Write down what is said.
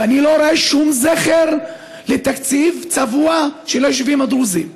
ואני לא רואה שום זכר לתקציב צבוע של היישובים הדרוזיים.